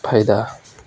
ଫାଇଦା